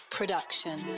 Production